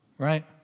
right